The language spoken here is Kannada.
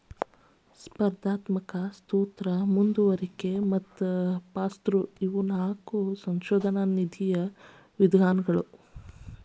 ಸ್ಪರ್ಧಾತ್ಮಕ ಸೂತ್ರ ಮುಂದುವರಿಕೆ ಮತ್ತ ಪಾಸ್ಥ್ರೂ ಇವು ನಾಕು ಸಂಶೋಧನಾ ನಿಧಿಯ ವಿಧಗಳು